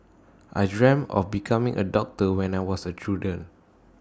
I dreamt of becoming A doctor when I was A children